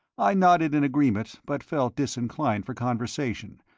i nodded in agreement, but felt disinclined for conversation,